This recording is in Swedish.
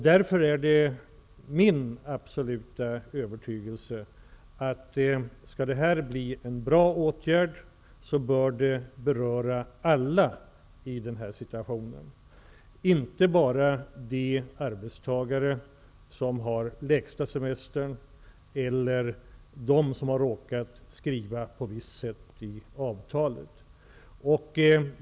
Därför är det min absoluta övertygelse att alla, för att det här skall bli en bra åtgärd, bör beröras som situationen nu är -- alltså inte bara de arbetstagare som har kortast semester eller de som har råkat få en viss skrivning i avtalet.